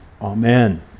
Amen